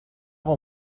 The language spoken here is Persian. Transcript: اقا